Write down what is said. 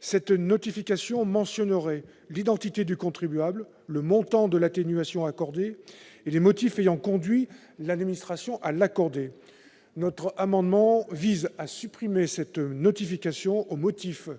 Cette notification mentionnerait « l'identité du contribuable, le montant de l'atténuation accordée et les motifs ayant conduit l'administration à l'accorder. » Notre amendement vise à supprimer cette notification, au motif